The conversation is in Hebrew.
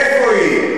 איפה היא?